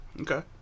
Okay